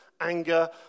anger